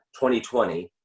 2020